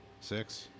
six